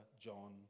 John